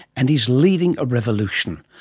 and he's leading a revolution.